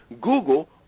Google